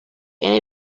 and